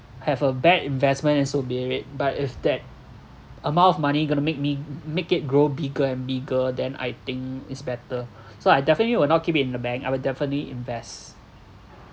have a bad investment and so be it but if that amount of money gonna make me make it grow bigger and bigger then I think is better so I definitely will not keep it in the bank I would definitely invest